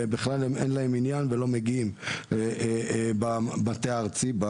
בכלל אין להם עניין ולא מגיעים במטה הארצי.